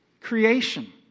creation